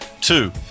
Two